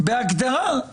שבהגדרה